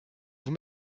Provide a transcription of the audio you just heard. vous